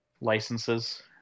licenses